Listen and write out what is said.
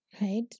right